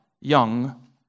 young